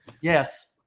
Yes